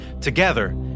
Together